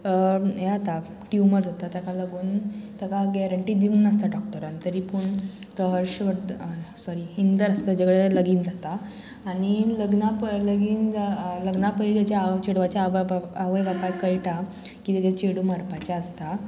हें जाता ट्युमर जाता तेका लागून ताका गॅरंटी दिवंक नासता डॉक्टरान तरी पूण तो हर्षवर्धन सॉरी इंदर आसता ताजे कडेन लगीन जाता आनी लग्ना पय लगीन लग्ना पयलीं तेज्या आवय चेडवाच्या आवय बापाय आवय बापायक कळटा की तेंचें चेडूं मरपाचें आसता